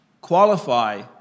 qualify